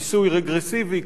מיסוי רגרסיבי,